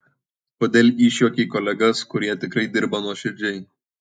kodėl išjuokei kolegas kurie tikrai dirba nuoširdžiai